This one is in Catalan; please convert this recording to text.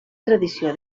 tradició